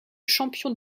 champion